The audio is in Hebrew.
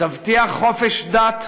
תבטיח חופש דת,